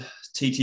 TT